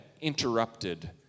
interrupted